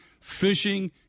fishing